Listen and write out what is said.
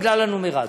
בגלל הנומרטור,